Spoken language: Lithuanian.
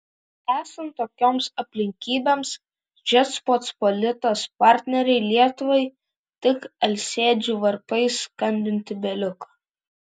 esant tokioms aplinkybėms žečpospolitos partnerei lietuvai tik alsėdžių varpais skambinti beliko